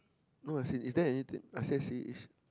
no as in is there anything I swear she is